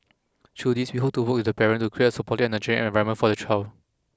through these we hope to work with the parent to create a supportive and nurturing environment for the child